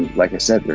like i said,